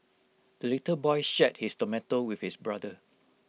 the little boy shared his tomato with his brother